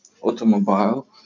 automobile